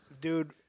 Dude